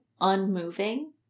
unmoving